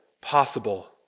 possible